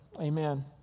amen